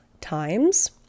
times